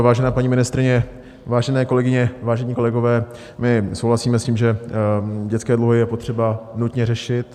Vážená paní ministryně, vážené kolegyně, vážení kolegové, souhlasíme s tím, že dětské dluhy je potřeba nutně řešit.